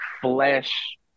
flesh